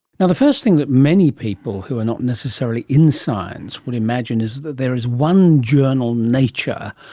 and the first thing that many people who are not necessarily in science would imagine is that there is one journal nature,